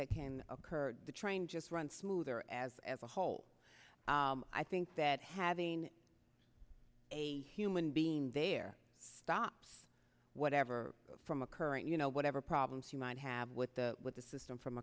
that can occur the train just runs smoother as a whole i think that having a human being there stops whatever from occurring you know whatever problems you might have with the with the system from